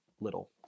little